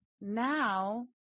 now